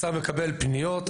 השר מקבל פניות,